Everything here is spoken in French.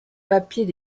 papiers